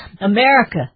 America